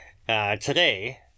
today